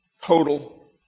Total